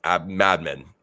madmen